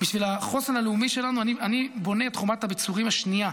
בשביל החוסן הלאומי שלנו אני בונה את חומת הביצורים השנייה,